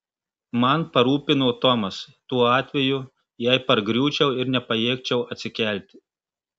man parūpino tomas tuo atveju jei pargriūčiau ir nepajėgčiau atsikelti